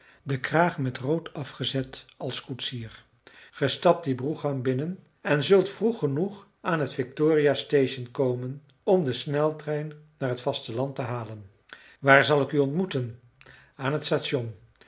de kraag met rood afgezet als koetsier gij stapt die brougham binnen en zult vroeg genoeg aan t victoria station komen om den sneltrein naar het vasteland te halen waar zal ik u ontmoeten aan het station